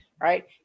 right